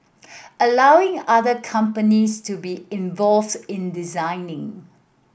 allowing other companies to be involves in designing